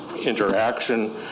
interaction